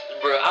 bro